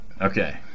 Okay